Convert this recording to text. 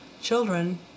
children